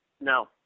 No